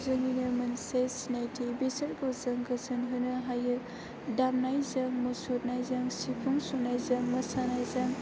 जोंनिनो मोनसे सिनायथि बिसोरखौ जों गोजोनहोनो हायो दामनायजों मुसुरनायजों सिफुं सुनायजों मोसानायजों